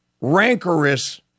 rancorous